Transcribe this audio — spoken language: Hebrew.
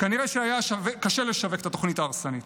כנראה שהיה קשה לשווק את התוכנית ההרסנית.